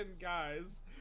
guys